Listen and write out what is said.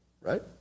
right